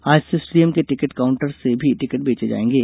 आज से स्टेडियम के टिकट काउंटर से भी टिकट बेचे जाएंगे